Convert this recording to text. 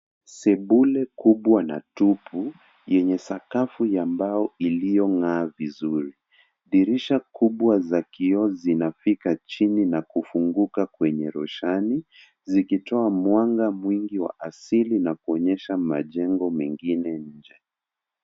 Sebule kubwa na tupu , yenye sakafu ya mbao iliyong'aa vizuri. Dirisha kubwa za kioo zinafika chini na kufunguka kwenye roshani zikitoa mwanga mwingi wa asili na kuonyesha majengo mengine nje,